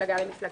ממפלגה למפלגה.